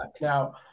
now